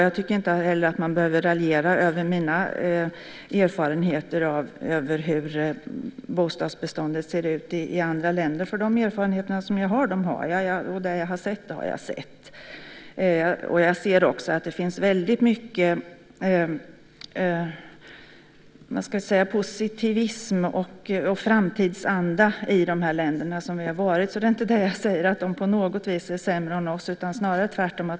Jag tycker inte heller att man behöver raljera över mina erfarenheter av hur bostadsbeståndet ser ut i andra länder, därför att de erfarenheter som jag har de har jag, och det som jag har sett det har jag sett. Jag har också sett att det finns mycket positivism och framtidsanda i de länder som vi har varit i. Jag säger inte att de på något sätt är sämre än vi, snarare tvärtom.